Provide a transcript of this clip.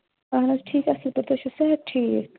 اَہَن حظ ٹھیٖک اَصٕل پٲٹھۍ تُہۍ چھُو صحت ٹھیٖک